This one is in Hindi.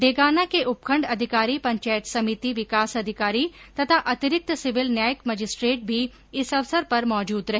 डेगाना के उपखण्ड अधिकारी पचायत समिति विकास अधिकारी तथा अतिरिक्त सिविल न्यायिक मजिस्ट्रेट भी इस अवसर पर मौजूद रहे